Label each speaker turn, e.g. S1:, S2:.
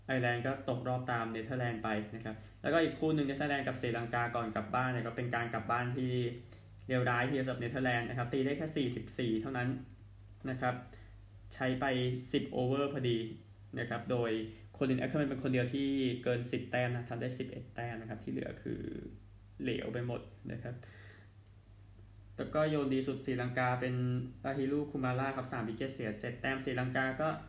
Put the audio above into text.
S1: ไอร์แลนด์ก็ตกรอบตามเนเธอร์แลนด์ไปนะครับ แล้วก็อีกคู่หนึ่งเนเธอร์แลนด์กับศรีลังกาก่อนกลับบ้านเนี่ย ก็เป็นการกลับบ้านที่เลวร้ายทีเดียวสำหรับเนเธอร์แลนด์นะครับ ตีได้แค่ 44 เท่านั้นนะครับ ใช้ไป 10 โอเวอร์พอดีนะครับ โดยโคลินแอคเคอร์แมนเป็นคนเดียวที่เกิน 10 แต้มนะ ทำได้ 11 แต้มนะครับ ที่เหลือคือเหลวไปหมดนะครับ แล้วก็โยนดีสุดศรีลังกาเป็นลาฮิรูคุมาร่าครับ สามวิกเก็ตเสียเจ็ดแต้ม ศรีลังกาก็